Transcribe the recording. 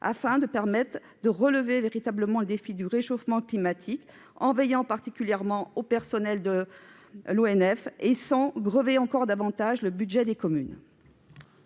qui permette de relever véritablement le défi du réchauffement climatique, en veillant particulièrement au personnel de cet office et sans grever davantage encore le budget des communes